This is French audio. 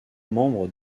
membres